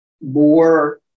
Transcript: more